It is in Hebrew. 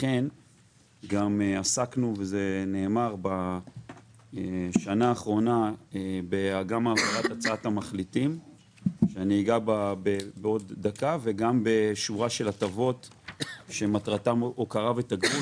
לכן עסקנו בשנה האחרונה במתן שורה של הטבות שמטרתן הוקרה ותגמול.